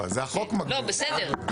בסדר,